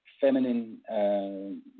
feminine